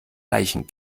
leichen